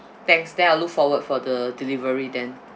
thanks then I'll look forward for the delivery then